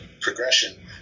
progression